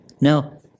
Now